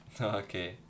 Okay